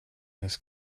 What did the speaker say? this